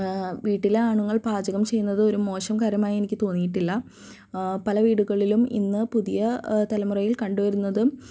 വീട്ടിലെ ആണുങ്ങൾ പാചകം ചെയ്യുന്നത് ഒരു മോശം കാര്യമായി എനിക്ക് തോന്നിയിട്ടില്ല പല വീടുകളിലും ഇന്ന് പുതിയ തലമുറയിൽ കണ്ടുവരുന്നതും